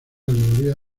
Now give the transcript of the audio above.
alegoría